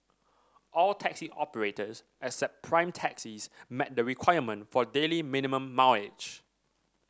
all taxi operators except Prime Taxis met the requirement for daily minimum mileage